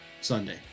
Sunday